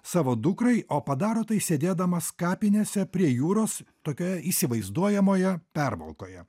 savo dukrai o padaro tai sėdėdamas kapinėse prie jūros tokioje įsivaizduojamoje pervalkoje